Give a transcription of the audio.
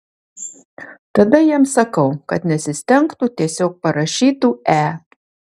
tada jiems sakau kad nesistengtų tiesiog parašytų e